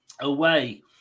away